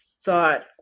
thought